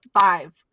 five